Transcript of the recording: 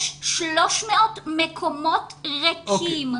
יש 300 מקומות ריקים,